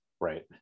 Right